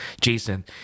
Jason